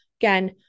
Again